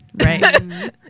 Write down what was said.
right